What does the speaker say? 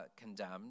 condemned